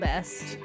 Best